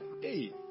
Hey